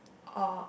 or